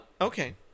Okay